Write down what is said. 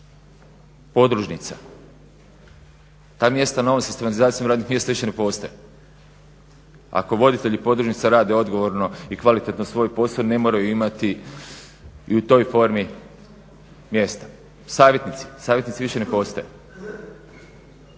podružnica, ta mjesta novom sistematizacijom radnih mjesta više ne postoje. Ako voditelji podružnica rade odgovorno i kvalitetno svoj posao ne moraju imati i u toj formi mjesta. Savjetnici, savjetnici više ne postoje.